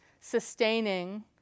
sustaining